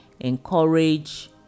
encourage